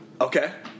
Okay